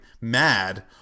mad